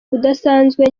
udasanzwe